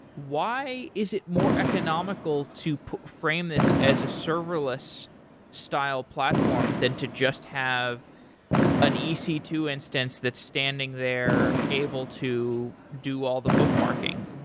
why is it more economical to frame this as a serverless style platform than to just have an e c two instance that's standing there able to do all the bookmarking?